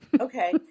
Okay